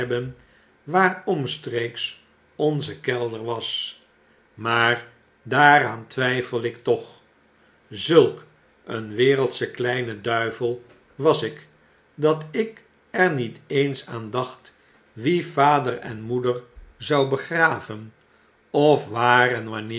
hebben waar omstreeks onze kelder was maar daaraan twyfel ik toch zulk een wereldsche kleine duivel was ik dat ik er niet eens aan dacht wie vader en moeder zou begraven of waar en wanneer